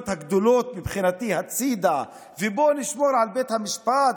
הגדולות מבחינתי בצד ובואו נשמור על בית המשפט,